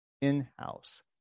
in-house